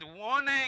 warning